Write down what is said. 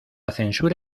censura